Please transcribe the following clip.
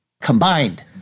combined